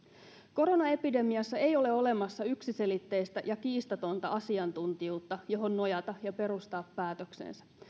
koronaepidemiassa ei ole olemassa yksiselitteistä ja kiistatonta asiantuntijuutta johon nojata ja perustaa päätöksensä